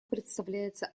представляется